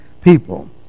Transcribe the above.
people